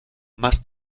más